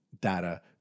data